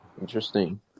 Interesting